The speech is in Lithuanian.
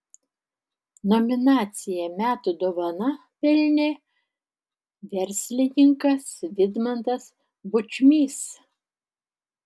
nominaciją metų dovana pelnė verslininkas vidmantas bučmys